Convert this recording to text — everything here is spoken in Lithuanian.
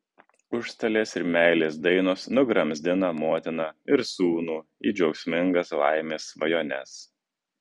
užstalės ir meilės dainos nugramzdina motiną ir sūnų į džiaugsmingas laimės svajones